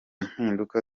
mpinduka